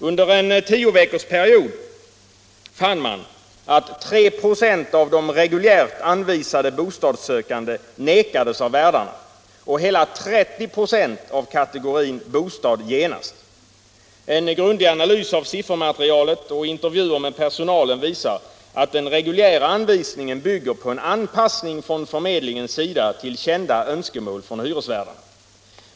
Under en 10-veckorsperiod fann man att 3 96 av de reguljärt anvisade bostadssökande nekades av värdarna, hela 30 96 av kategorin ”Bostad genast”. En grundlig analys av siffermaterialet och intervjuer med personalen visar att den reguljära anvisningen bygger på en anpassning från förmedlingens sida till kända önskemål från hyresvärdarna.